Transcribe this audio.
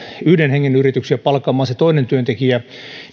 yhden hengen yrityksiä palkkaamaan se toinen työntekijä